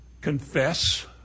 confess